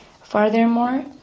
Furthermore